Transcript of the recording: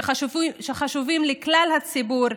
שחשובים לכלל הציבור,